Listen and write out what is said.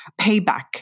payback